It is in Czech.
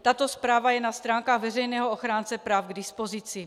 Tato zpráva je na stránkách veřejného ochránce práv k dispozici.